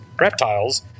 reptiles